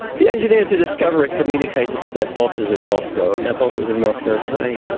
the engineers who discover it, communicated to their bosses in moscow, and their bosses in moscow say,